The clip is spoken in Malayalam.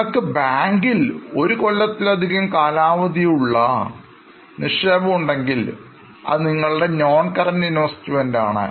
നിങ്ങൾക്കു ബാങ്കിൽ ഒരു കൊല്ലത്തിലധികം കാലാവധി കാലാവധിയുള്ളനിക്ഷേപം ഉണ്ടെങ്കിൽ അത് നിങ്ങളുടെ NonCurrent Investmentആണ്